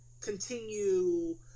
continue